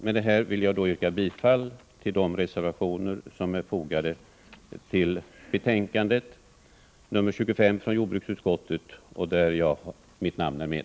Med detta vill jag yrka bifall till de reservationer som är fogade till jordbruksutskottets betänkande 25 och där mitt namn finns med.